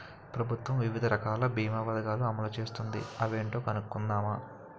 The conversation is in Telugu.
ప్రభుత్వం వివిధ రకాల బీమా పదకం అమలు చేస్తోంది అవేంటో కనుక్కుందామా?